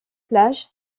plage